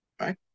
right